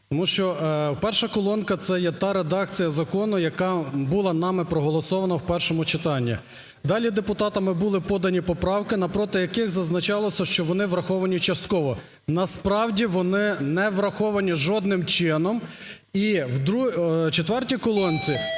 Тому що перша колонка це є та редакція закону, яка була нами проголосована в першому читанні. Далі депутатами були подані поправки, навпроти яких зазначалося, що вони враховані частково, насправді вони не враховані жодним чином. І в четвертій колонці